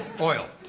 oil